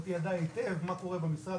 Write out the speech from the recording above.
היא ידעה היטב מה קרוה במשרד,